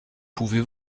pouvez